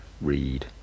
read